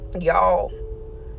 y'all